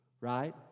right